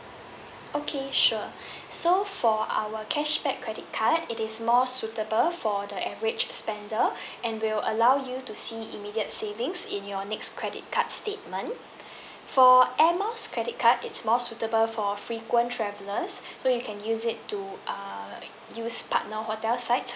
okay sure so for our cashback credit card it is more suitable for the average spender and will allow you to see immediate savings in your next credit card statement for air miles credit card it's more suitable for frequent travellers so you can use it to err use partner hotel site